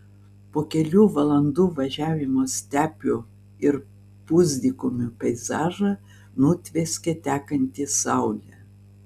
po kelių valandų važiavimo stepių ir pusdykumių peizažą nutvieskė tekanti saulė